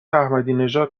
احمدینژاد